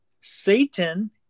Satan